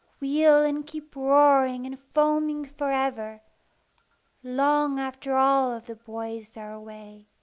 wheel and keep roaring and foaming for ever long after all of the boys are away.